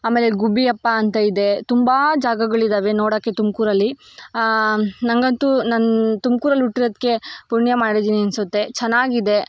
ಆಮೇಲೆ ಗುಬ್ಬಿಯಪ್ಪ ಅಂತ ಇದೆ ತುಂಬ ಜಾಗಗಳಿದ್ದಾವೆ ನೋಡೋಕ್ಕೆ ತುಮಕೂರಲ್ಲಿ ನನಗಂತೂ ನಾನು ತುಮ್ಕೂರಲ್ಲಿ ಹುಟ್ಟಿರೋದ್ಕೆ ಪುಣ್ಯ ಮಾಡಿದೀನಿ ಅನಿಸುತ್ತೆ ಚೆನ್ನಾಗಿದೆ